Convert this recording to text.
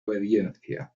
obediencia